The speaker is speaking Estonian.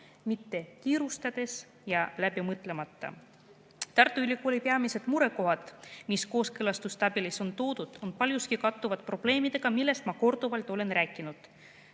mitte aga kiirustades ja läbi mõtlemata. Tartu Ülikooli peamised murekohad, mis kooskõlastustabelis on toodud, kattuvad paljuski probleemidega, millest ma korduvalt olen rääkinud: